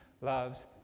loves